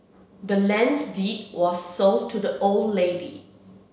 the land's deed was sold to the old lady